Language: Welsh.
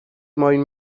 moyn